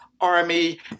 army